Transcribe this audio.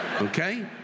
Okay